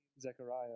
Zechariah